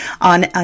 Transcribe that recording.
on